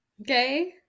Okay